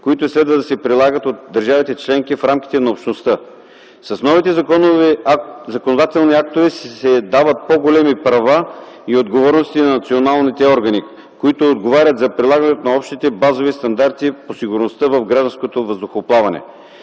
които следва да се прилагат от държавите членки в рамките на Общността. С новите законодателни актове се дават по-големи права и отговорности на националните органи, които отговарят за прилагането на общите базови стандарти по сигурността в гражданското въздухоплаване.